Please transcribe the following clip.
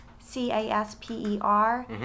C-A-S-P-E-R